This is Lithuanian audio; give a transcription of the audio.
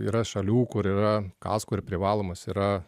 yra šalių kur yra kasko ir privalomas yra